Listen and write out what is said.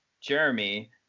Jeremy